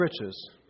riches